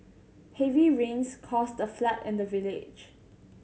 heavy rains caused the flood in the village